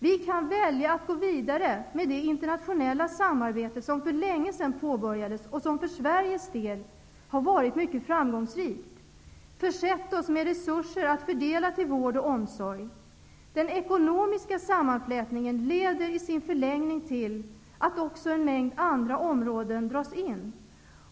Vi kan välja att gå vidare med det internationella samarbete som för länge sedan påbörjades och som för Sveriges del har varit mycket framgångsrikt, som försett oss med resurser att fördela till vård och omsorg. Den ekonomiska sammanflätningen leder i sin förlängning till att också en mängd andra områden dras in.